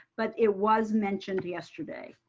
but it was mentioned yesterday.